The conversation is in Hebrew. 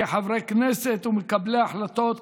כחברי כנסת ומקבלי החלטות,